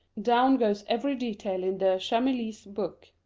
down goes every detail in de chamilly's book.